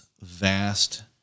vast